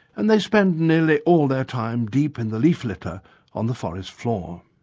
and they spend nearly all their time deep in the leaf litter on the forest floor.